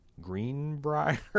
greenbrier